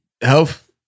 health